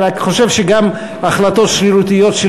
אני רק חושב שגם החלטות שרירותיות של